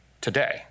today